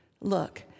Look